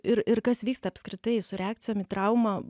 ir ir kas vyksta apskritai su reakcijom į traumą